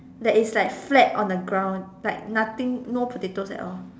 that is like flat on the ground like nothing no potatoes at all